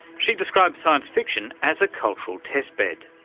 she describes science fiction as a cultural test bed.